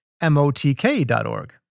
MOTK.org